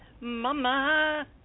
Mama